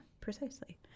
precisely